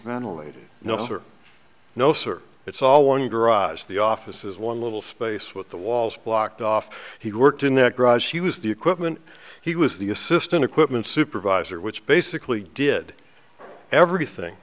other no sir it's all one garage the offices one little space with the walls blocked off he worked in that garage he was the equipment he was the assistant equipment supervisor which basically did everything